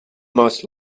most